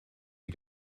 die